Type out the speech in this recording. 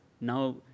now